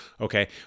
okay